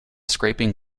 scraping